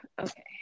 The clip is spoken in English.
okay